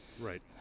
Right